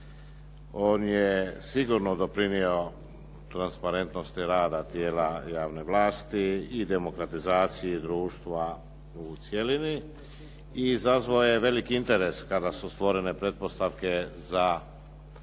on je sigurno doprinio transparentnosti rada tijela javne vlasti i demokratizaciji društva u cjelini i izazvao je veliki interes kada su stvorene pretpostavke za